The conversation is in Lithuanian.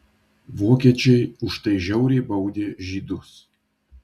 vokiečiai už tai žiauriai baudė žydus